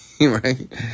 right